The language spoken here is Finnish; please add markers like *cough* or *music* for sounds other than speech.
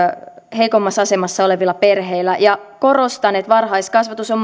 heikoimmassa asemassa olevilla perheillä ja korostan että varhaiskasvatus on *unintelligible*